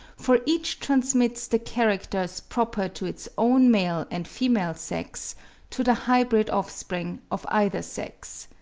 for each transmits the characters proper to its own male and female sex to the hybrid offspring of either sex.